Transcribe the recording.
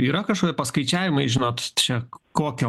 yra kažkokie paskaičiavimai žinot čia kokio